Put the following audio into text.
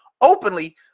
openly